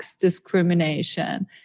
discrimination